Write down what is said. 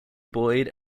boyd